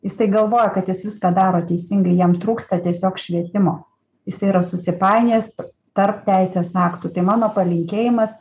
jisai galvoja kad jis viską daro teisingai jam trūksta tiesiog švietimo jisai yra susipainiojęs tarp teisės aktų tai mano palinkėjimas